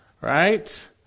right